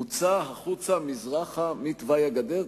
מוצא החוצה מזרחה מתוואי הגדר,